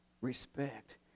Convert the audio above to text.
Respect